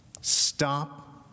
Stop